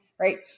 Right